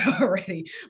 already